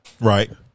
right